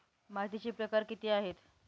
मातीचे प्रकार किती आहेत?